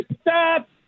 stop